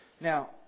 Now